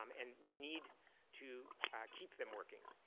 um and we need to keep them working.